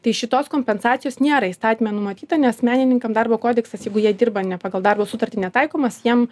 tai šitos kompensacijos nėra įstatyme numatyta nes menininkam darbo kodeksas jeigu jie dirba ne pagal darbo sutartį netaikomas jiem